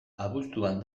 abuztuan